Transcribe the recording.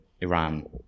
Iran